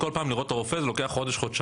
כל פעם לראות את הרופא לוקח חודש-חודשיים.